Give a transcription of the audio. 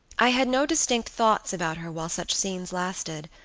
i had no distinct thoughts about her while such scenes lasted,